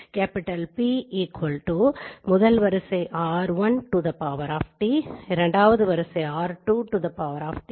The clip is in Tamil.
எனவே முதல் வரிசை r1 ஆல் குறிப்பிடப்படுகிறது இரண்டாவது வரிசை r2 ஆல் குறிக்கப்படுகிறது